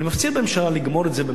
אני מפציר בממשלה לגמור את זה,